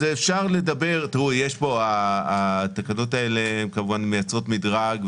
הצו הזה כמובן מייצר מדרג,